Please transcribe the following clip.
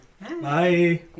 Bye